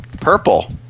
purple